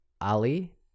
Ali